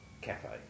cafe